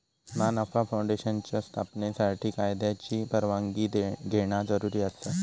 ना नफा फाऊंडेशनच्या स्थापनेसाठी कायद्याची परवानगी घेणा जरुरी आसा